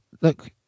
Look